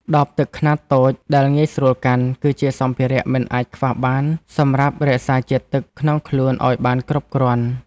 ដបទឹកខ្នាតតូចដែលងាយស្រួលកាន់ គឺជាសម្ភារៈមិនអាចខ្វះបានសម្រាប់រក្សាជាតិទឹកក្នុងខ្លួនឱ្យបានគ្រប់គ្រាន់។